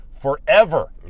forever